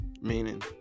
Meaning